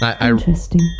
Interesting